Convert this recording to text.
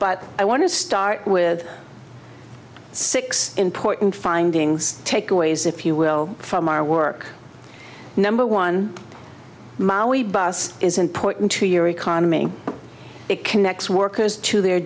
but i want to start with six important findings takeaways if you will from our work number one maoi bus is important to your economy it connects workers to their